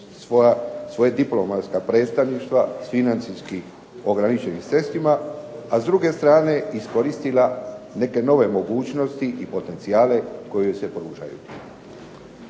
svoja diplomatska predstavništva s financijski ograničenim sredstvima, a s druge strane iskoristila neke nove mogućnosti i potencijale koje joj se pružaju?